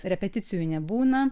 repeticijų nebūna